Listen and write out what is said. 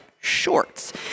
shorts